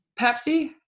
Pepsi